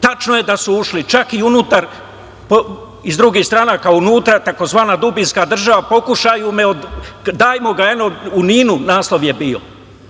Tačno je da su ušli čak i unutar iz drugih stranaka unutra, tzv. dubinska država. Eno, u NIN-u naslov je bilo.